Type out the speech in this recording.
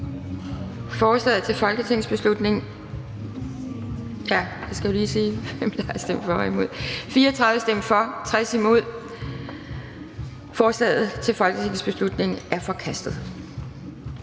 Forslaget til folketingsbeslutning er vedtaget